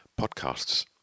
podcasts